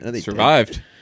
survived